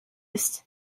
ist